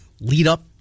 lead-up